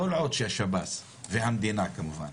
כל עוד שהשב"ס והמדינה כמובן